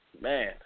man